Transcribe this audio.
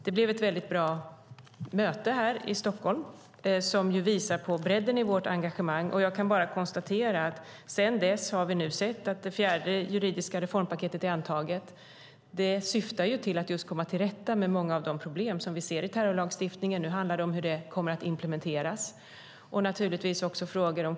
Det blev ett bra möte här i Stockholm, som visar på bredden i vårt engagemang. Sedan dess har vi sett att det fjärde juridiska reformpaketet är antaget. Det syftar till att komma till rätta med många av de problem som vi ser i terrorlagstiftningen. Nu handlar det om hur det kommer att implementeras.